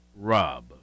Rob